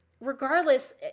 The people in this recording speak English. regardless